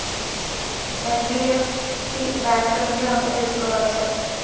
NBFC bank నుండి అప్పు తీసుకోవచ్చా?